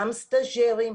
גם סטאז'רים,